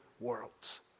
worlds